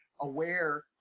Aware